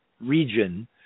region